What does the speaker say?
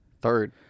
Third